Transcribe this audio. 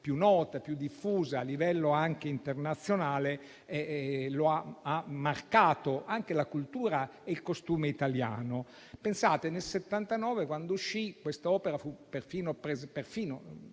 più nota e più diffusa a livello anche internazionale ha marcato la cultura e il costume italiano. Pensate che, nel 1979, quando uscì, quest'opera fu presentata